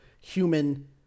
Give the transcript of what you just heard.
human